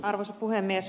arvoisa puhemies